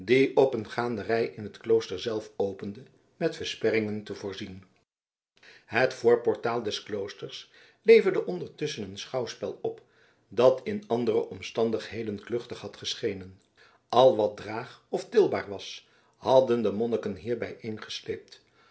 op een gaanderij in het klooster zelf opende met versperringen te voorzien het voorportaal des kloosters leverde ondertusschen een schouwspel op dat in andere omstandigheden kluchtig had geschenen al wat draag of tilbaar was hadden de monniken